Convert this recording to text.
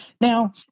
Now